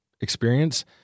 experience